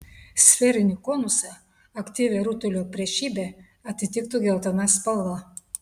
sferinį konusą aktyvią rutulio priešybę atitiktų geltona spalva